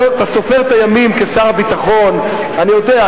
אתה סופר את הימים כשר הביטחון, אני יודע.